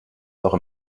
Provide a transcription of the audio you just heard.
loch